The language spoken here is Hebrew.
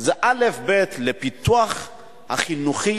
זה אלף-בית לפיתוח החינוכי,